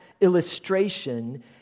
illustration